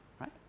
Right